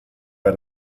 bei